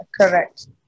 Correct